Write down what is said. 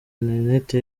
interineti